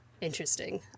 interesting